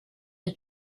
the